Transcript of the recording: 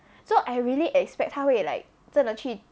so I really expect 她会 like 真的去